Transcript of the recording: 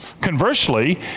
conversely